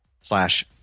slash